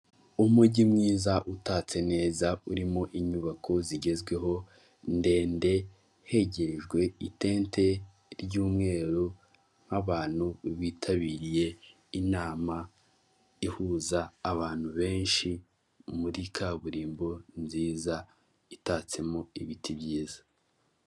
Umujyi mwiza utatse neza urimo inyubako zigezweho ndende, hegerejwe itente ry'umweru nk'abantu bitabiriye inama ihuza abantu benshi muri kaburimbo nziza itatsemo ibiti byiza.